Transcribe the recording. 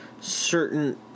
certain